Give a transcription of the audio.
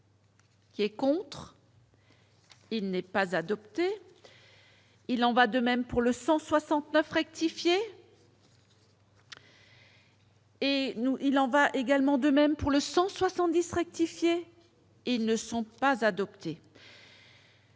Qui est contre, il n'est pas adoptée. Il en va de même pour le 169 rectifier. Et nous, il en va également de même pour le 170 rectifier et ils ne sont pas adoptées.